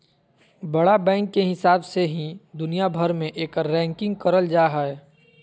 बड़ा बैंक के हिसाब से ही दुनिया भर मे एकर रैंकिंग करल जा हय